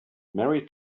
mary